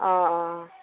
অঁ অঁ